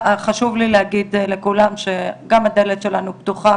חשוב לי להגיד לכולם שגם הדלת שלנו פתוחה,